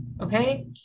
okay